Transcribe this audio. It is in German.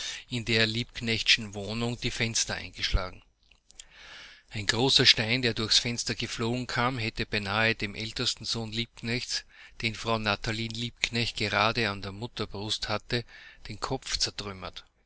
in der liebknechtschen wohnung die fenster eingeschlagen ein großer stein der durchs fenster geflogen kam hätte beinahe dem ältesten sohn liebknechts den frau natalie liebknecht gerade an der mutterbrust hatte den kopf zertrümmert